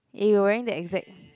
eh you wearing the exact